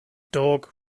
dog